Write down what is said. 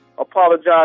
apologize